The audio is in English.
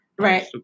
Right